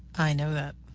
i know that.